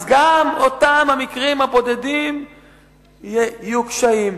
אז גם באותם המקרים הבודדים יהיו קשיים.